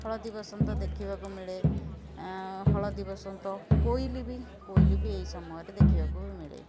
ହଳଦୀ ବସନ୍ତ ଦେଖିବାକୁ ମିଳେ ହଳଦୀ ବସନ୍ତ କୋଇଲି ବି କୋଇଲି ବି ଏଇ ସମୟରେ ଦେଖିବାକୁ ମିଳେ